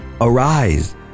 Arise